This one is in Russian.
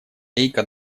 гейка